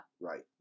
right